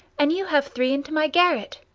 and you have three into my garret.